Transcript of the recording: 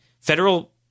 federal